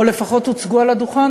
או לפחות הוצגו מעל הדוכן,